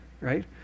right